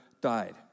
died